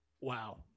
Wow